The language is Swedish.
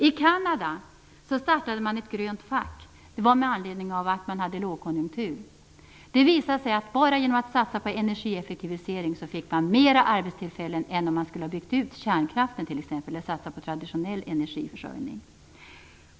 I Kanada startade man ett grönt fack. Det var med anledning av att man hade lågkonjunktur. Det visade sig att bara genom att satsa på energieffektivisering fick man fler arbetstillfällen än om man t.ex. skulle ha byggt ut kärnkraften och satsat på traditionell energiförsörjning.